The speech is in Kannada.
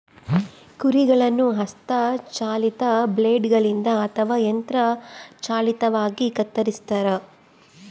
ಕುರಿಗಳನ್ನು ಹಸ್ತ ಚಾಲಿತ ಬ್ಲೇಡ್ ಗಳಿಂದ ಅಥವಾ ಯಂತ್ರ ಚಾಲಿತವಾಗಿ ಕತ್ತರಿಸ್ತಾರ